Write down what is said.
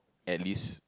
at least